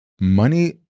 money